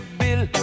bill